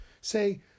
Say